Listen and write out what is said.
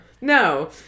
No